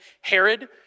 Herod